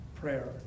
prayer